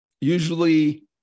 Usually